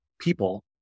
people